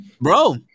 bro